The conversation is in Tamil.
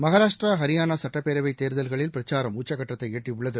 மகாராஷ்டிரா ஹரியானா சட்டப்பேரவை தேர்தல்களில் பிரச்சாராம் உச்சக்கட்டத்தை எட்டியுள்ளது